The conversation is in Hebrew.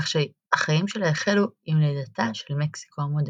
כך שהחיים שלה החלו עם לידתה של מקסיקו המודרנית.